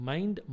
Mind